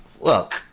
Look